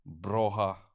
Broha